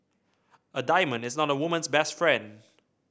a diamond is not a woman's best friend